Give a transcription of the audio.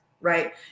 right